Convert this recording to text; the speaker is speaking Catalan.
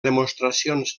demostracions